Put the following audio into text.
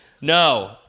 no